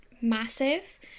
massive